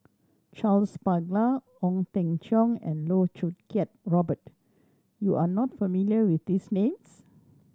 Charles Paglar Ong Teng Cheong and Loh Choo Kiat Robert you are not familiar with these names